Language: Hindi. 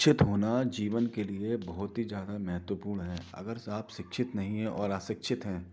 शिक्षित होना जीवन के लिए बहुत ही ज़्यादा महत्वपूर्ण है अगर आप शिक्षित नहीं हैं और अशिक्षित हैं